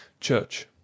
CHURCH